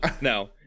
no